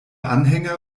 anhänger